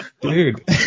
Dude